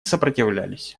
сопротивлялись